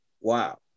Wow